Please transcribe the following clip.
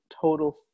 total